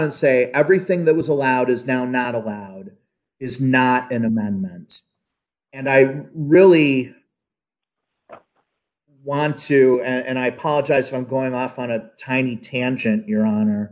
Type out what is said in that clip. and say everything that was allowed is now not allowed is not an amendment and i really want to and i apologize for i'm going off on a tiny tangent your honor